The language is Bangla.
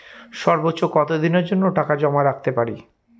সর্বোচ্চ কত দিনের জন্য টাকা জমা রাখতে পারি?